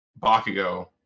Bakugo